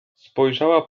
spojrzała